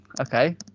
okay